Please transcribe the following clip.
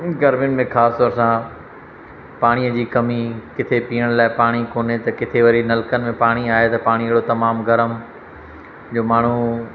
गर्मिन में ख़ासि तौरु सां पाणीअ जी कमी किथे पीअण लाइ पाणी कोन्हे त किथे वरी नलकनि में पाणी आहे त पाणी एडो तमामु गरम जो माण्हू